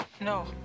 No